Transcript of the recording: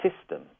system